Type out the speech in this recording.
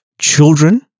children